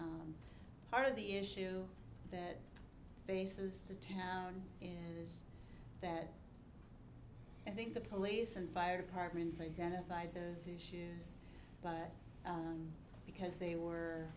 part of the issue that faces the town is that i think the police and fire departments identified those issues but because they were